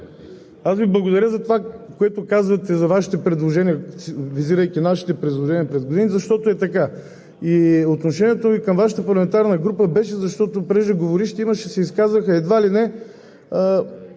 аз Ви благодаря за това, което казвате за Вашите предложения, визирайки нашите предложения през годините, защото е така. И отношението ми към Вашата парламентарна група беше, защото преждеговорившите се изказаха едва ли не,